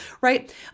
right